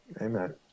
Amen